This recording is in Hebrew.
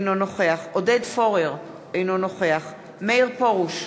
אינו נוכח עודד פורר, אינו נוכח מאיר פרוש,